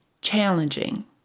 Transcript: challenging